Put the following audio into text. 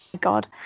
God